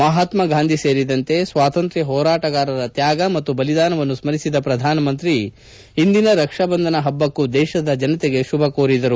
ಮಹಾತ್ಮಾ ಗಾಂಧಿ ಸೇರಿದಂತೆ ಸ್ವಾತಂತ್ರ್ಯ ಹೋರಾಟಗಾರರ ತ್ಯಾಗ ಮತ್ತು ಬಲಿದಾನವನ್ನು ಸ್ಕರಿಸಿದ ಪ್ರಧಾನಮಂತ್ರಿ ಇಂದಿನ ರಕ್ಷಾ ಬಂಧನ ಹಬ್ಬಕ್ಕೂ ದೇಶದ ಜನತೆಗೆ ಶುಭ ಕೋರಿದರು